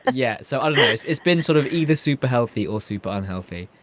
ah yeah, so unless it's been sort of either super healthy or super unhealthy.